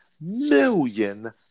million